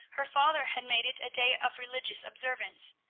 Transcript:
her father had made it a day of religious observance.